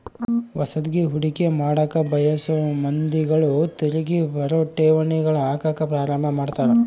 ಹೊಸದ್ಗಿ ಹೂಡಿಕೆ ಮಾಡಕ ಬಯಸೊ ಮಂದಿಗಳು ತಿರಿಗಿ ಬರೊ ಠೇವಣಿಗಳಗ ಹಾಕಕ ಪ್ರಾರಂಭ ಮಾಡ್ತರ